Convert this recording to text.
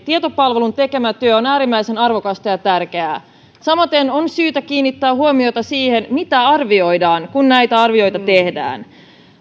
tietopalvelun tekemä työ on äärimmäisen arvokasta ja tärkeää samaten on syytä kiinnittää huomiota siihen mitä arvioidaan kun näitä arvioita tehdään